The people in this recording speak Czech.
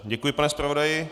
Děkuji, pane zpravodaji.